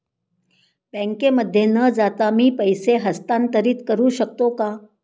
बँकेमध्ये न जाता मी पैसे हस्तांतरित करू शकतो का?